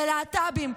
ללהט"בים,